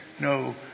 no